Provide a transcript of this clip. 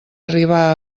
arribar